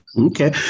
Okay